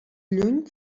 lluny